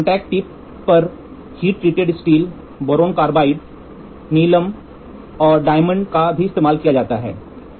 contact tip पर heat treated steel boron carbide नीलम और डायमंड का भी इस्तेमाल किया जाता है